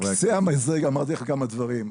על קצה המזלג אמרתי לך כמה דברים.